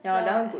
so